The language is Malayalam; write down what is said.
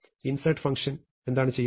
ഇൻസെർട് ഫങ്ഷൻ insert എന്താണ് ചെയ്യുന്നത്